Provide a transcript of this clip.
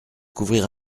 couvrir